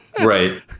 Right